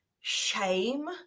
shame